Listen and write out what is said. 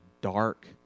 dark